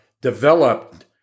developed